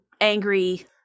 angry